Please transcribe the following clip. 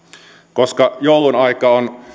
koska joulunaika on